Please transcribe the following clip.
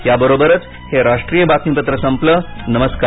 या बरोबरच हे राष्ट्रीय बातमीपत्र संपलं नमस्कार